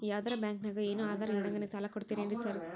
ಯಾವದರಾ ಬ್ಯಾಂಕ್ ನಾಗ ಏನು ಆಧಾರ್ ಇಲ್ದಂಗನೆ ಸಾಲ ಕೊಡ್ತಾರೆನ್ರಿ ಸಾರ್?